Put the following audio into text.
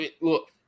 look